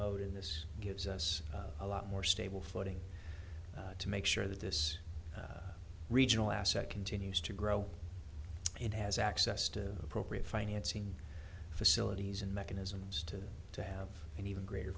mode in this gives us a lot more stable footing to make sure that this regional asset continues to grow it has access to appropriate financing facilities and mechanisms to to have an even greater